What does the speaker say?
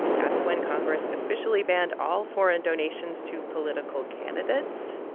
that's when congress officially banned all foreign donations to political candidates.